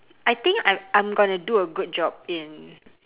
I think I'm I'm gonna do a good job in